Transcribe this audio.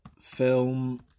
film